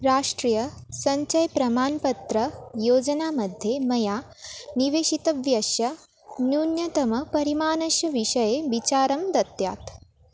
राष्ट्रियसञ्चयं प्रमाणपत्रयोजनामध्ये मया निवेशितव्यस्य न्यूनतमं परिमाणस्यविषये विचारं दत्यात्